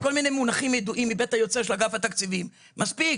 כל מיני מונחים ידועים מבית היוצר של אגף התקציבים - מספיק.